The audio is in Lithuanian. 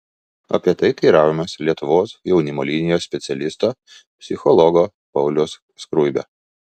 apie tai teiravomės lietuvos jaunimo linijos specialisto psichologo pauliaus skruibio